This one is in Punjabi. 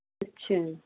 ਅੱਛਾ